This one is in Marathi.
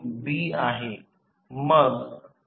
समजा जर हे द्रुतगतीने हलवले तर तर फ्यूज बंद होईल